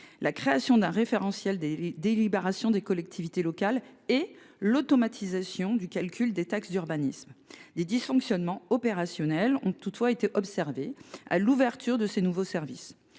la création d’un référentiel des délibérations des collectivités locales et l’automatisation du calcul des taxes d’urbanisme. Cependant, des dysfonctionnements opérationnels ont pu être observés à l’ouverture de ces nouveaux services.